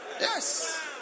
Yes